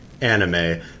anime